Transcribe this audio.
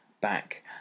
back